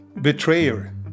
Betrayer